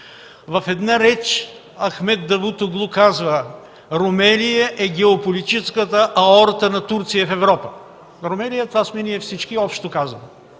В една реч Ахмед Давутоглу казва: „Ромелия е геополитическата аорта на Турция в Европа”. Ромелия – това сме всички ние, общо казано.